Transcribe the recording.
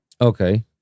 Okay